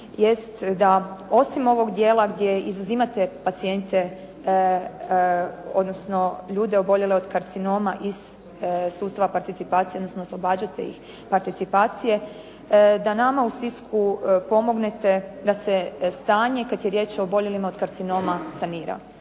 jest da osim ovog djela gdje izuzimate pacijente, odnosno ljude oboljele od karcinoma iz sustava participacije, odnosno oslobađate ih participacije. Da nama u Sisku pomognete da se stanje kada je riječ o oboljelima od karcinoma sanira.